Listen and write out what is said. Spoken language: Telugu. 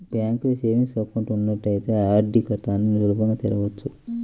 బ్యాంకులో సేవింగ్స్ అకౌంట్ ఉన్నట్లయితే ఆర్డీ ఖాతాని సులభంగా తెరవచ్చు